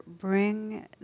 bring